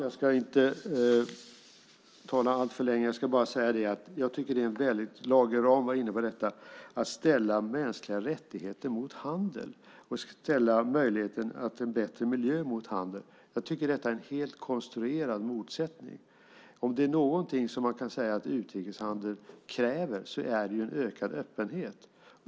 Jag ska inte tala alltför länge. Jag ska bara säga att jag tycker att det är en helt konstruerad motsättning att ställa mänskliga rättigheter mot handel och att ställa möjligheten till en bättre miljö mot handel. Lage Rahm var inne på detta. Om det är någonting som man kan säga att utrikeshandel kräver är det är en ökad öppenhet.